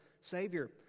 Savior